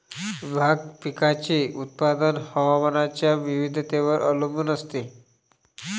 भाग पिकाचे उत्पादन हवामानाच्या विविधतेवर अवलंबून असते